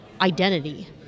identity